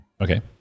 Okay